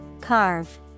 Carve